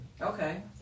Okay